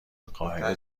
قاهره